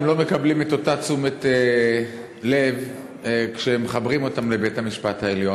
הם לא מקבלים את אותה תשומת לב כשמחברים אותם לבית-המשפט העליון.